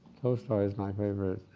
tolstoy is my favorite,